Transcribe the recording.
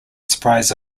surprise